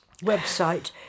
website